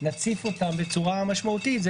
אנחנו נציף אותן בצורה משמעותית זה